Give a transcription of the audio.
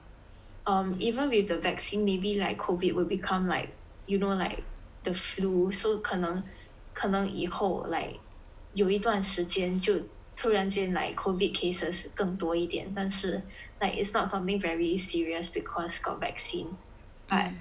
um even with the vaccine maybe like COVID will become like you know like the flu so 可能可能以后 like 有一段时间就突然间 like COVID cases 更多一点但是 like it's not something very serious because got vaccine but